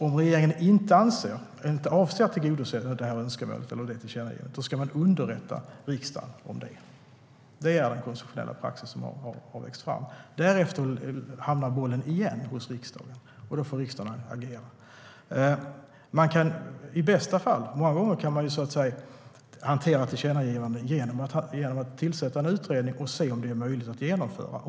Om regeringen avser att inte tillgodose önskemål eller tillkännagivanden ska den underrätta riksdagen om det. Det är den konstitutionella praxis som har växt fram. Därefter hamnar bollen hos riksdagen igen, och då får riksdagen agera. Många gånger kan man hantera tillkännagivanden genom att tillsätta en utredning och se om ett genomförande är möjligt.